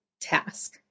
task